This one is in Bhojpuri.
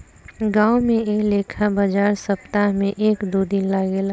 गांवो में ऐ लेखा बाजार सप्ताह में एक दू दिन लागेला